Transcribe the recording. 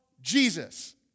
Jesus